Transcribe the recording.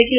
T